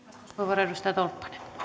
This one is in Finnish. arvoisa puhemies